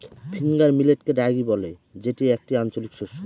finger মিলেটকে রাগি বলে যেটি একটি আঞ্চলিক শস্য